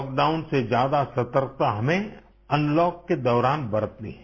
lockdown से ज्यादा सतर्कता हमें अनलॉक के दौरान बरतनी है